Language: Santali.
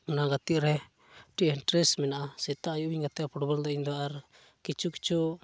ᱚᱱᱟ ᱜᱟᱛᱤᱜ ᱨᱮ ᱢᱤᱫᱴᱮᱱ ᱤᱱᱴᱮᱨᱮᱥᱴ ᱢᱮᱱᱟᱜᱼᱟ ᱥᱮᱛᱟᱜ ᱟᱹᱭᱩᱵ ᱤᱧ ᱜᱟᱛᱮᱜᱼᱟ ᱯᱷᱩᱴᱵᱚᱞ ᱫᱚ ᱤᱧ ᱫᱚ ᱟᱨ ᱠᱤᱪᱷᱩ ᱠᱤᱪᱷᱩ